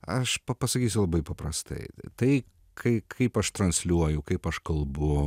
aš pasakysiu labai paprastai tai kaip aš transliuoju kaip aš kalbu